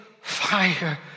fire